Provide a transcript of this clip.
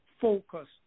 focus